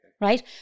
right